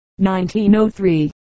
1903